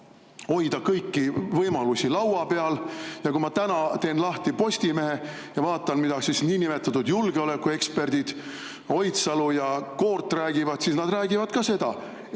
hoida kõiki võimalusi laua peal. Ja kui ma täna teen lahti Postimehe ja vaatan, mida niinimetatud julgeolekueksperdid Oidsalu ja Koort räägivad, siis nad räägivad ka seda,